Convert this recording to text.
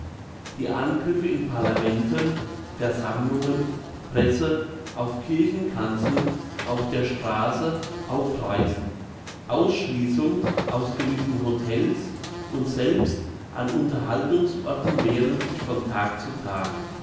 die angriffe in parlamenten versammlungen presse auf kirchenkanzeln auf der strasse auf reisen ausschliessung aus gewissen hotels und selbst an unterhaltungsorten mehren sich von tag zu tag